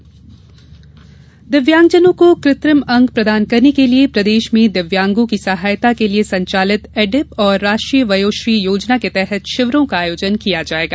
दिव्यांग शिविर दिव्यांगजनों को कृत्रिम अंग प्रदान करने के लिए प्रदेष में दिव्यांगों की सहायता के लिये संचालित एडिप और राष्ट्रीय वयोश्री योजना के तहत शिविरों का आयोजन किया जाएगा